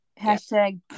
hashtag